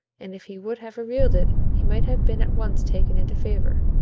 and if he would have revealed it, he might have been at once taken into favor.